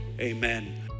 amen